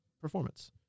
performance